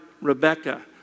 Rebecca